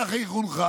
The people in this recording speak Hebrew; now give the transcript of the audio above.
ככה היא חונכה,